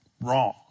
wrong